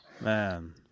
man